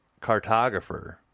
cartographer